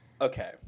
Okay